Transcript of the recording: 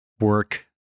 work